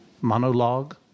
monologue